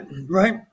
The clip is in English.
right